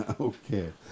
okay